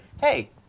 hey